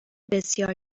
بسیار